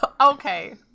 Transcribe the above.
Okay